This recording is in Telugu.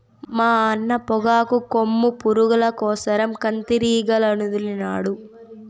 మా అన్న పొగాకు కొమ్ము పురుగుల కోసరం కందిరీగలనొదిలినాడు